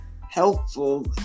helpful